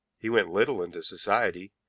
he went little into society,